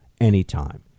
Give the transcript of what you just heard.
anytime